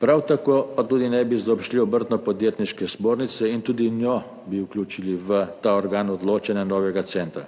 prav tako pa tudi ne bi zaobšli Obrtno-podjetniške zbornice in tudi njo bi vključili v ta organ odločanja novega centra.